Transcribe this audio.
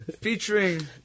featuring